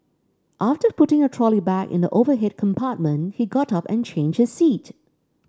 after putting a trolley bag in the overhead compartment he got up and changed his seat